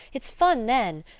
it's fun then.